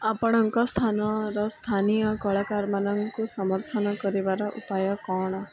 ଆପଣଙ୍କ ସ୍ଥାନର ସ୍ଥାନୀୟ କଳାକାରମାନଙ୍କୁ ସମର୍ଥନ କରିବାର ଉପାୟ କ'ଣ